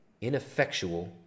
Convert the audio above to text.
ineffectual